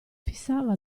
fissava